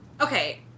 Okay